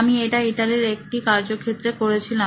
আমি এটা ইতালির একটি কার্যক্ষেত্রে করেছিলাম